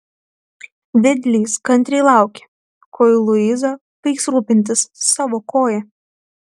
vedlys kantriai laukė kol luiza baigs rūpintis savo koja